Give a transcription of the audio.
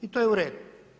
I to je u redu.